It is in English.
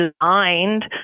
designed